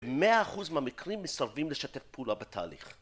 100% מהמקרים מסרבים לשתף פעולה בתהליך